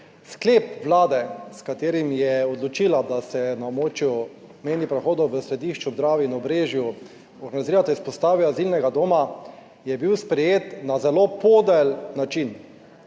Sklep Vlade, s katerim je odločila, da se na območju mejnih prehodov v Središču ob Dravi in na Obrežju, organizirate izpostave azilnega doma, je bil sprejet na zelo podel način.